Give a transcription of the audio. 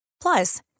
Plus